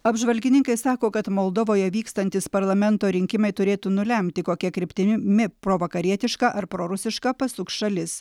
apžvalgininkai sako kad moldovoje vykstantys parlamento rinkimai turėtų nulemti kokia kryptimi provakarietiška ar prorusiška pasuks šalis